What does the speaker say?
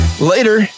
Later